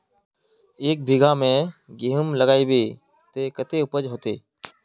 एक बिगहा में गेहूम लगाइबे ते कते उपज होते?